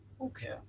Okay